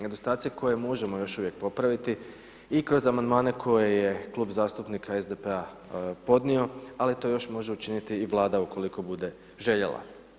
Nedostaci koje možemo još uvijek popraviti i kroz amandmane koje je Klub zastupnika SDP-a podnio, ali eto još može učiniti i Vlada, ukoliko bude željela.